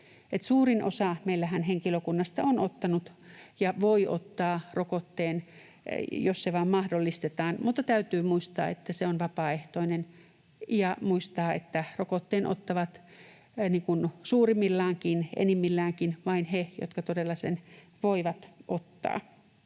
Suurin osa henkilökunnastahan on meillä ottanut ja voi ottaa rokotteen, jos se vain mahdollistetaan, mutta täytyy muistaa, että se on vapaaehtoinen, ja muistaa, että rokotteen ottavat enimmilläänkin vain he, jotka todella sen voivat ottaa.